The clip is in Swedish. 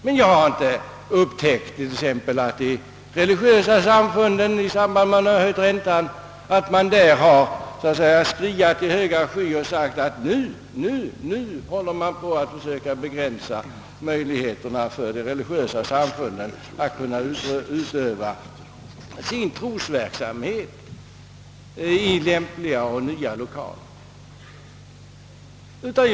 men jag har inte kunnat se att t.ex. de religiösa samfunden i samband med räntehöjningarna har skriat i högan sky och sagt att man försöker begränsa möjligheterna för dem att utöva sin trosverksamhet i lämpliga och nya lokaler,.